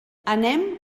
anem